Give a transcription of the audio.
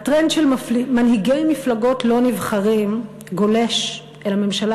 הטרנד של מנהיגי מפלגות לא נבחרים גולש אל הממשלה